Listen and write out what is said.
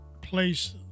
place